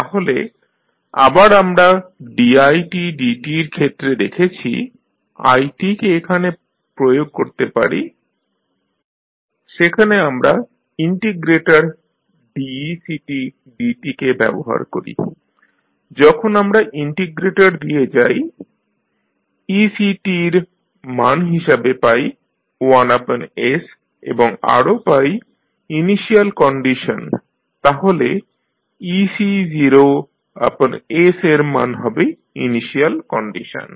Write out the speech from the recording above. তাহলে আবার আমরা didt র ক্ষেত্রে দেখেছি i কে এখানে প্রয়োগ করতে পারি সেখানে আমরা ইন্টিগ্রেটর decdt কে ব্যবহার করি যখন আমরা ইন্টিগ্রেটর দিয়ে যাই ec এর মান হিসাবে পাই 1s এবং আরো পাই ইনিশিয়াল কন্ডিশন তাহলে ecs এর মান হবে ইনিশিয়াল কন্ডিশন